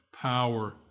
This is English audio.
power